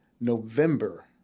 November